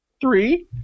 Three